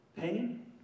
pain